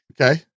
Okay